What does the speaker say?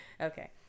Okay